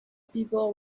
people